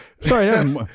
Sorry